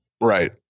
Right